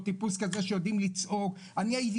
או טיפוס כזה שיודעים לצעוק - אני הייתי